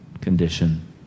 condition